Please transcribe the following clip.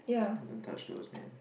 just don't touch those man